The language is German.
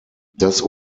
das